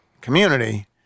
community